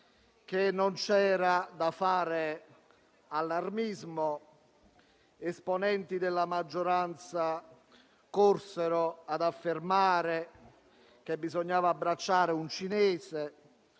che non c'era da fare allarmismo, esponenti della maggioranza corsero ad affermare che bisognava abbracciare un cinese